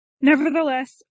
Nevertheless